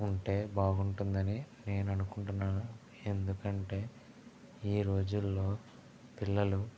ఉంటే బాగుంటుందని నేను అనుకుంటున్నాను ఎందుకంటే ఈరోజుల్లో పిల్లలు